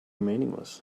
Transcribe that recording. meaningless